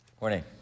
Morning